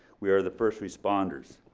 we are the first responders.